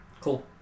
Cool